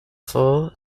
full